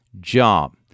job